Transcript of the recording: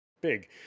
big